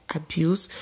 abuse